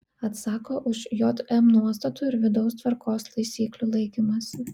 atsako už jm nuostatų ir vidaus tvarkos taisyklių laikymąsi